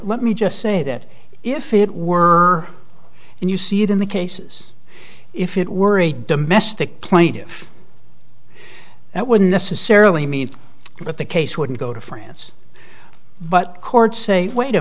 let me just say that if it were and you see it in the cases if it were a domestic plaintive that wouldn't necessarily mean that the case wouldn't go to france but courts say wait a